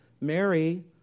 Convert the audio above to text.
Mary